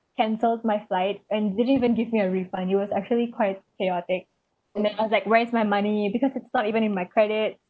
cancelled my flight and didn't even give me a refund it was actually quite chaotic and then I was like where's my money because it's not even in my credit